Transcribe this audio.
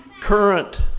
current